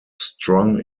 strong